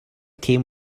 came